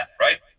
right